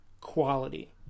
quality